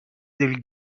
del